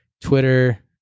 Twitter